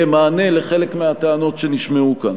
כמענה לחלק מהטענות שנשמעו כאן.